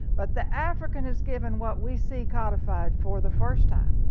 but the african is given what we see codified for the first time